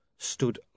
stood